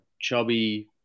chubby